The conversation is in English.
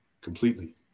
completely